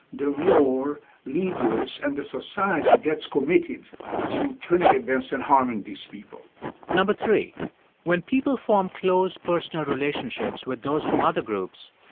the more leaders and the society gets committed to turning against and harming these people no. three when people form close personal relationships with those from other groups,